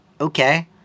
okay